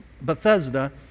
Bethesda